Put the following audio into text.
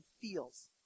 feels